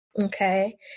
Okay